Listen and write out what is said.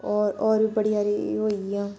होर होर बी बड़ी हारी होई गेइयां